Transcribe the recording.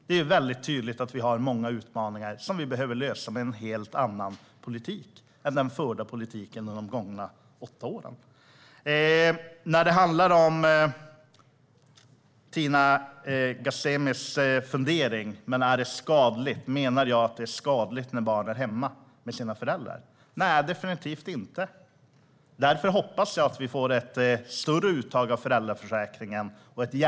Det är väldigt tydligt att vi har många utmaningar som vi behöver lösa med en helt annan politik än den förda politiken under de gångna åtta åren. Tina Ghasemi har en fundering: Menar jag att det är skadligt när barn är hemma med sina föräldrar? Nej, definitivt inte. Därför hoppas jag att vi får ett större och jämnare uttag av föräldraförsäkringen.